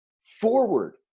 forward